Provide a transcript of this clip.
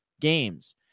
games